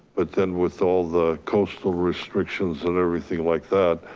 but then with all the coastal restrictions and everything like that,